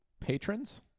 patrons